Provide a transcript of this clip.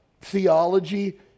theology